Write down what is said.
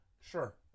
sure